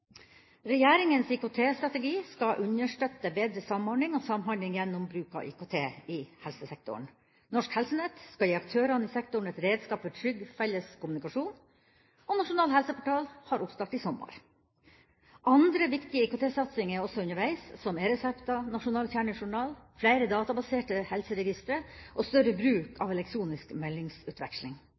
Regjeringas IKT-strategi skal understøtte bedre samordning og samhandling gjennom bruk av IKT i helsesektoren. Norsk Helsenett skal gi aktørene i sektoren et redskap for trygg, felles kommunikasjon, og Nasjonal Helseportal skal ha oppstart i sommer. Andre viktige IKT-satsinger er også underveis, som e-resepter, nasjonal kjernejournal, flere databaserte helseregistre og større bruk av elektronisk meldingsutveksling.